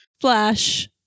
Flash